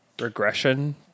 regression